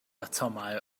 atomau